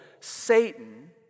Satan